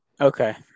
Okay